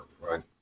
right